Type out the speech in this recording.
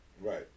right